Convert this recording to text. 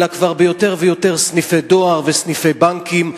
אלא כבר ביותר ויותר סניפי דואר וסניפי בנקים.